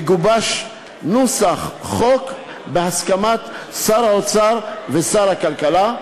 יגובש נוסח חוק בהסכמת שר האוצר ושר הכלכלה,